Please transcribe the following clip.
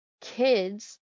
kids